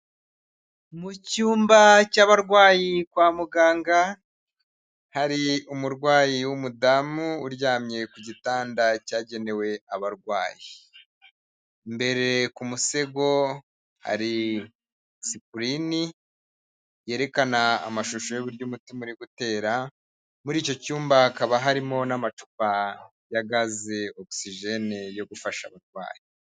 Mu cyumba cy'abarwayi kwa muganga, hari umurwayi w'umudamu uryamye ku gitanda cyagenewe abarwayi, imbere ku musego hari sikirini yerekana amashusho y'uburyo umutima uri gutera, muri icyo cyumba hakaba harimo n'amacupa ya gaze ogisijene yo gufasha abarwayi.